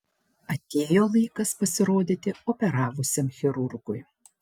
atėjo laikas pasirodyti operavusiam chirurgui